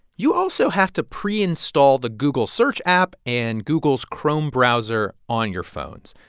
you also have to pre-install the google search app and google's chrome browser on your phones.